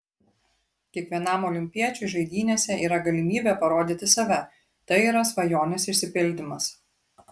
kiekvienam olimpiečiui žaidynėse yra galimybė parodyti save tai yra svajonės išsipildymas